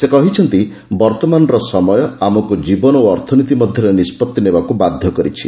ସେ କହିଛନ୍ତି ବର୍ଭମାନର ସମୟ ଆମକୁ କୀବନ ଓ ଅର୍ଥନୀତି ମଧ୍ଧରେ ନିଷ୍ବଭି ନେବାକୁ ବାଧ୍ଯ କରିଛି